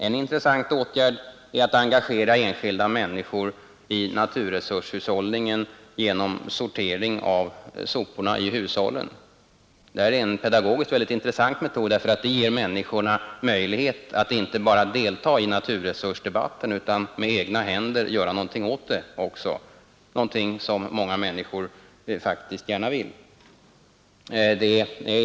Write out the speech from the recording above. En intressant åtgärd är att engagera enskilda människor i naturresurshushållningen genom sortering av soporna i hushållet. Det är en pedagogiskt intressant metod, för det ger människorna möjlighet att inte bara delta i naturresursdebatten utan också att med egna händer göra någonting åt saken, och det är någonting som många människor faktiskt gärna vill.